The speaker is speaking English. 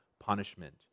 punishment